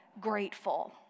grateful